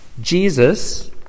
Jesus